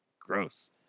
Gross